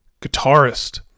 guitarist